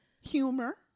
humor